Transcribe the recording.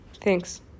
thanks